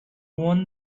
won